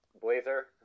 Blazer